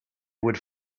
would